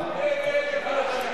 החלשים.